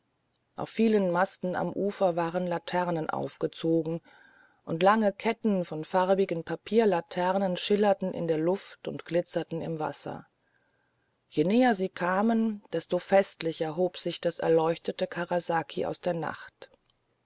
auf vielen masten am ufer waren laternen aufgezogen und lange ketten von farbigen papierlaternen schillerten in der luft und glitzerten im wasser je näher sie kamen desto festlicher hob sich das erleuchtete karasaki aus der nacht